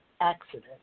accident